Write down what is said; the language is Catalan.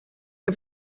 que